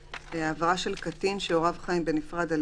(8) העברה של קטין שהוריו חיים בנפרד על